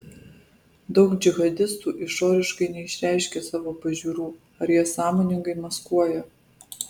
daug džihadistų išoriškai neišreiškia savo pažiūrų ar jas sąmoningai maskuoja